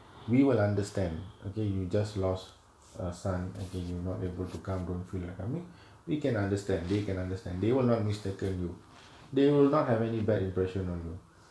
we will understand okay you just lost a son again you not able to come don't feel like I mean we can understand they can understand they will not mistaken you they will not have any bad impression on you